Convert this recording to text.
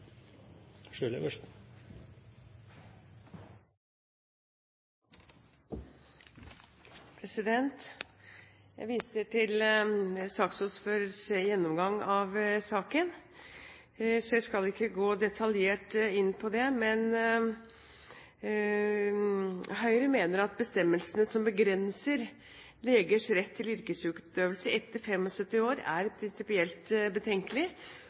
Jeg viser til saksordførerens gjennomgang av saken, så jeg skal ikke gå detaljert inn på det. Høyre mener at bestemmelsene som begrenser legers rett til yrkesutøvelse etter 75 år, er prinsipielt betenkelig,